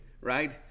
right